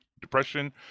depression